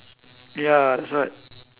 ya that's why